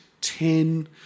ten